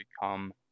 become